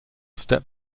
step